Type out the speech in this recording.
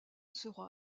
sera